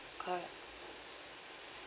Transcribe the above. correct